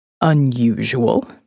unusual